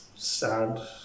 sad